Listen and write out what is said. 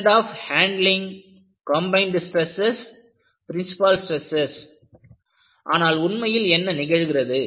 method of handling combined stresses principal stresses Method of handling combined stresses - Principal stresses ஆனால் உண்மையில் என்ன நிகழ்கிறது